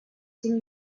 cinc